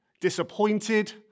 disappointed